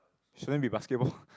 shouldn't be basketball ppo